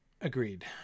Agreed